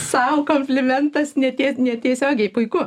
sau komplimentas netie netiesiogiai puiku